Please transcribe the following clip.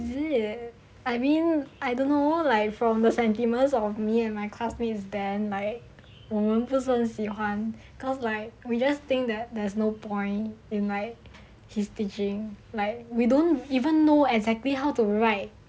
is it I mean I don't know like from the sentiments of me and my classmates then like 我们不是很喜欢 cause like we just think that there's no point in like his teaching like we don't even know exactly how to write